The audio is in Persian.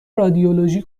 رادیولوژی